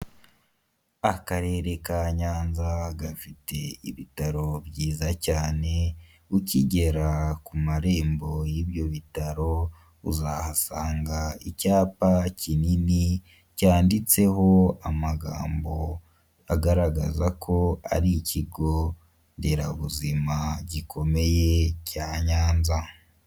Akarere ka nyanza gafite ibitaro byiza cyane, ukigera ku marembo y' ibyo bitaro uzahasanga icyapa kinini ,cyanditseho amagambo agaragaza ko ari ikigo nderabuzima gikomeye cya nyanza.